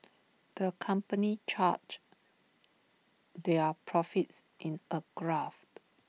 the company charted their profits in A graph